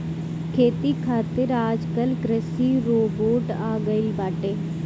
खेती खातिर आजकल कृषि रोबोट आ गइल बाटे